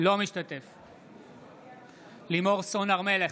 אינו משתתף בהצבעה לימור סון הר מלך,